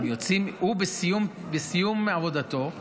בסיום עבודתו,